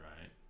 right